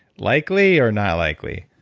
likely or not likely.